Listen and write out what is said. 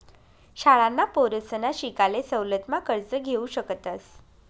शाळांना पोरसना शिकाले सवलत मा कर्ज घेवू शकतस